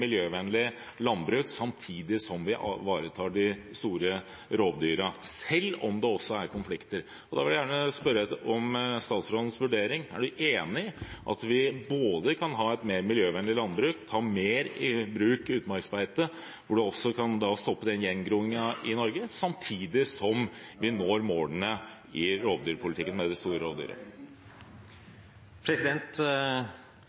miljøvennlig landbruk samtidig som vi ivaretar de store rovdyrene, selv om det også er konflikter. Jeg vil gjerne spørre om statsrådens vurdering: Er han enig i at vi kan ha et mer miljøvennlig landbruk – ta utmarksbeite mer i bruk, som også kan stoppe gjengroingen i Norge – samtidig som vi når målene i rovdyrpolitikken for de store